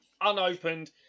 unopened